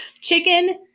chicken